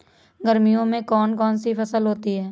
गर्मियों में कौन कौन सी फसल होती है?